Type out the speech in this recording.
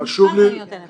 ואחר כך אני אתן לך.